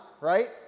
right